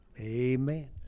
Amen